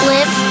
Live